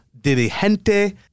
dirigente